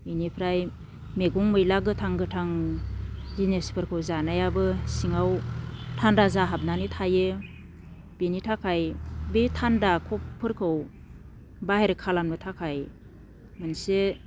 इनिफ्राय मैगं मैला गोथां गोथां जिनिसफोरखौ जानायाबो सिङाव थान्दा जाहाबनानै थायो बिनि थाखाय बे थान्दा काउफफोरखौ बाहेर खालामनो थाखाय मोनसे